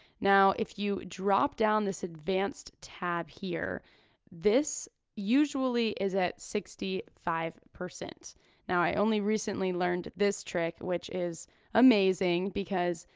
now if you drop down this advanced tab here this usually is at sixty five. now i only recently learned this trick which is amazing because,